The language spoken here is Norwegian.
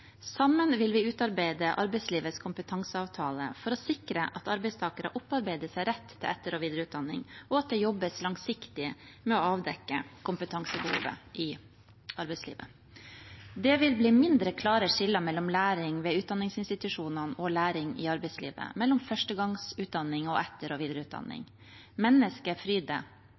Sammen vil vi utarbeide arbeidslivets kompetanseavtale for å sikre at arbeidstakere opparbeider seg rett til etter- og videreutdanning, og at det jobbes langsiktig med å avdekke kompetansebehovet i arbeidslivet. Det vil bli mindre klare skiller mellom læring ved utdanningsinstitusjonene og læring i arbeidslivet, mellom førstegangsutdanning og etter- og videreutdanning.